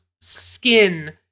skin